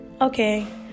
Okay